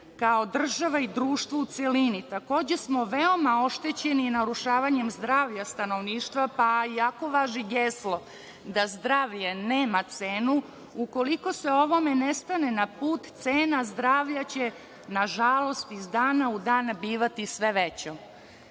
kao država i društvo u celini, takođe smo veoma oštećeni narušavanjem zdravlja stanovništva, pa iako važi geslo da zdravlje nema cenu, ukoliko se ovome ne stane na put, cena zdravlja će nažalost iz dana u dan bivati sve